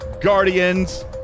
guardians